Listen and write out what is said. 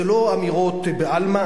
זה לא אמירות בעלמא,